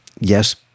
yes